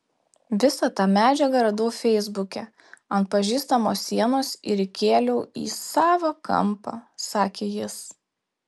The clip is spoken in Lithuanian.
visą tą medžiagą radau feisbuke ant pažįstamo sienos ir įkėliau į savą kampą sakė jis